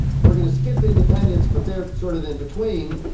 we're gonna skip independents, but they're sort of in between,